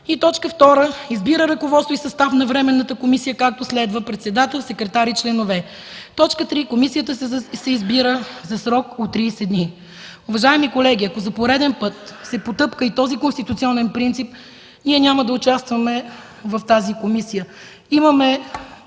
„Атака”. 2. Избира ръководство и състав на Временната комисия, както следва: председател, секретар и членове. 3. Комисията се избира за срок от 30 дни.” Уважаеми колеги, ако за пореден път се потъпка и този конституционен принцип, ние няма да участваме в тази комисия.